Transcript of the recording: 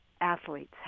athletes